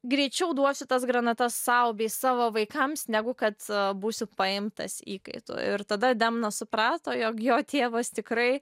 greičiau duosiu tas granatas sau bei savo vaikams negu kad būsiu paimtas įkaitu ir tada demno suprato jog jo tėvas tikrai